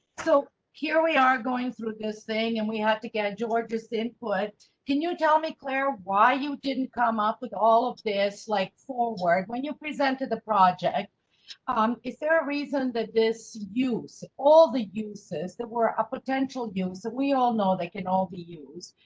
so, here, we are going through this thing, and we have to get georgia's input. can you tell me, claire? why you didn't come up with all of this, like, forward when you present to the project um is there a reason that this use all the uses that were a potential use? we all know. they can all be use.